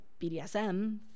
BDSM